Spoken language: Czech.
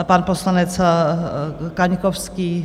Pan poslanec Kaňkovský?